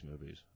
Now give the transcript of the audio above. movies